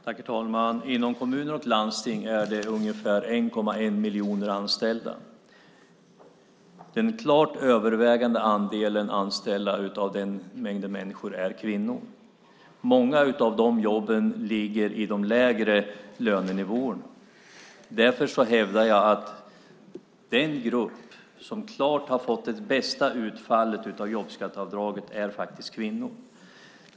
Herr talman! Inom kommuner och landsting är det ungefär 1,1 miljoner anställda. Den klart övervägande andelen anställda av den mängden människor är kvinnor. Många av de jobben ligger i de lägre lönenivåerna. Därför hävdar jag att den grupp som har fått det klart bästa utfallet av jobbskatteavdraget är kvinnor.